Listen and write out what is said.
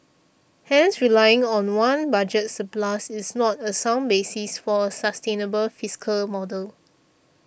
hence relying on one budget surplus is not a sound basis for a sustainable fiscal model